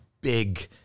big